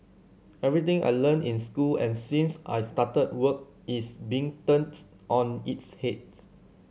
everything I learnt in school and since I started work is being turns on its heads